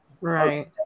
Right